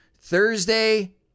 Thursday